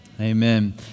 Amen